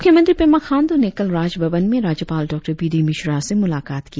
मुख्य मंत्री पेमा खांडू ने कल राजभवन में राज्यपाल डॉ बी डी मिश्रा से मुलाकात की